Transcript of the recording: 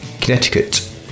Connecticut